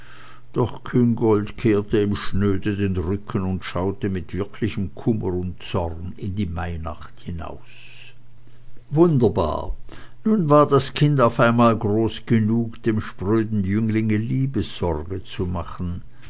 doch küngolt kehrte ihm schnöde den rücken und schaute mit wirklichem kummer und zorn in die mainacht hinaus wunderbar nun war das kind auf einmal groß genug dem spröden jünglinge liebessorge zu machen